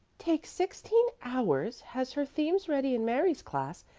takes sixteen hours, has her themes read in mary's class,